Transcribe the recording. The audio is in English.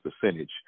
percentage